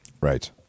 Right